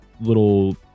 little